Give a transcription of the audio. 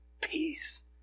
peace